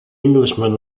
englishman